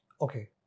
Okay